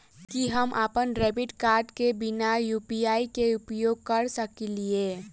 की हम अप्पन debit card केँ बिना यु.पी.आई केँ उपयोग करऽ सकलिये?